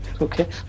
Okay